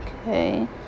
Okay